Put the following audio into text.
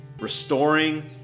Restoring